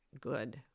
good